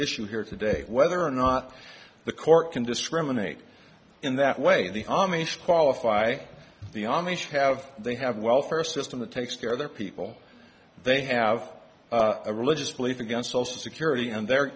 issue here today whether or not the court can discriminate in that way the amish qualify the amish have they have welfare system that takes care of their people they have a religious belief against social security and the